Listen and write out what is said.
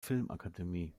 filmakademie